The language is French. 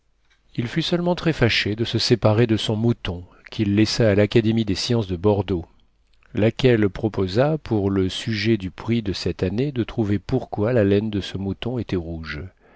il fut seulement très fâché de se séparer de son mouton qu'il laissa à l'académie des sciences de bordeaux laquelle proposa pour le sujet du prix de cette année de trouver pourquoi la laine de ce mouton était rouge